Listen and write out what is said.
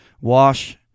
Wash